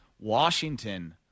Washington